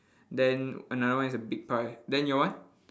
then another one is a big pie then your one